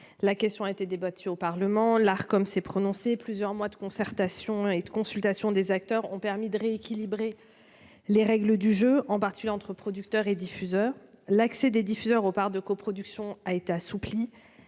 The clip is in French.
La question a été débattue au Parlement, l'Arcom s'est prononcée, et plusieurs mois de consultation et de concertation avec les acteurs ont permis de rééquilibrer les règles du jeu, en particulier entre producteurs et diffuseurs. L'accès des diffuseurs aux parts de coproduction a été assoupli,